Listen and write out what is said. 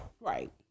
Right